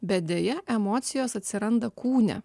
bet deja emocijos atsiranda kūne